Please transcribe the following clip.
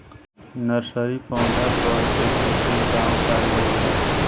Nursery पौधा पर कइसन छिड़काव कारगर होखेला?